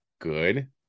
good